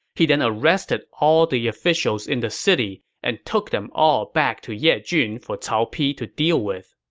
he then arrested all the officials in the city and took them all back to yejun for cao pi to deal with.